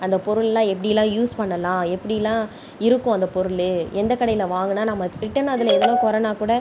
அந்த பொருள்லாம் எப்படிலாம் யூஸ் பண்ணலாம் எப்படிலாம் இருக்கும் அந்த பொருள் எந்த கடையில் வாங்கினா நமக்கு ரிட்டன் அதில் ஏதோ கொறைன்னா கூட